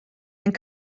and